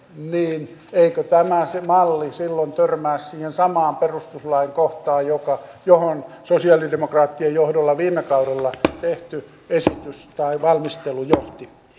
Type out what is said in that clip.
niin eikö se malli silloin törmää siihen samaan perustuslain kohtaan johon sosialidemokraattien johdolla viime kaudella tehty valmistelu johti